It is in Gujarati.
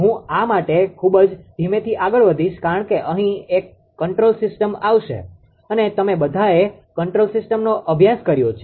હું આ માટે ખૂબ જ ધીમેથી આગળ વધીશ કારણ કે અહીં એક કંટ્રોલ સિસ્ટમ આવશે અને તમે બધાએ કંટ્રોલ સિસ્ટમનો અભ્યાસ કર્યો છે